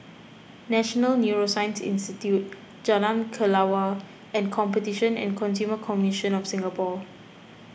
National Neuroscience Institute Jalan Kelawar and Competition and Consumer Commission of Singapore